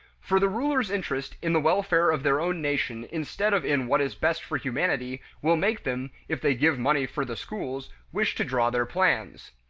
for the rulers' interest in the welfare of their own nation instead of in what is best for humanity, will make them, if they give money for the schools, wish to draw their plans.